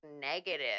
negative